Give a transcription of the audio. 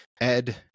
Ed